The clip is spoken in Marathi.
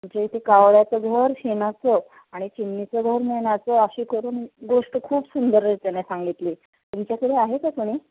म्हणजे इथे कावळ्याचं घर शेणाचं आणि चिमणीचं घर मेणाचं अशी करून गोष्ट खूप सुंदर रचना सांगितली तुमच्याकडे आहे का कुणी